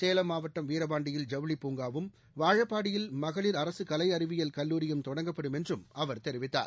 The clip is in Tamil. சேலம் மாவட்டம் வீரபாண்டியில் ஜவுளி பூங்காவும் வாழப்பாடியில் மகளிர் அரசுகலைஅறிவியல் கல்லூரியும் தொடங்கப்படும் என்றும் அவர் தெரிவித்தார்